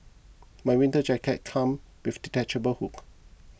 my winter jacket came with a detachable hood